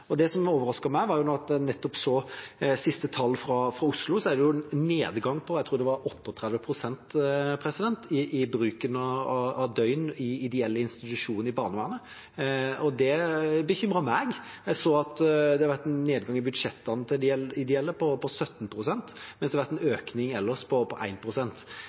Det som overrasket meg, var at da jeg så de siste tallene fra Oslo, er det en nedgang på 38 pst., tror jeg det var, i bruk av døgn i ideelle institusjoner i barnevernet. Det bekymrer meg. Jeg så at det har vært en nedgang i budsjettene til de ideelle på 17 pst., mens det har vært en økning ellers på 1 pst. Her har Rødt virkelig hånden på